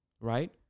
right